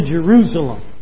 Jerusalem